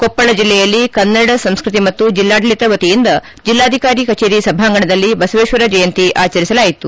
ಕೊಪ್ಪಳ ಜಿಲ್ಲೆಯಲ್ಲಿ ಕನ್ನಡ ಸಂಸ್ಕತಿ ಮತ್ತು ಜಿಲ್ಲಾಡಳಿತ ವತಿಯಿಂದ ಜಿಲ್ಲಾಧಿಕಾರಿ ಕಜೇರಿ ಸಭಾಂಗಣದಲ್ಲಿ ಬಸವೇಶ್ವರ ಜಯಂತಿ ಆಚರಿಸಲಾಯಿತು